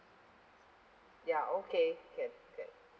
ya okay can can